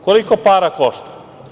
Koliko para košta?